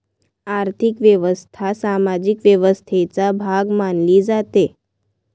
आर्थिक व्यवस्था सामाजिक व्यवस्थेचा भाग मानली जाते